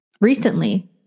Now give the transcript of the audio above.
recently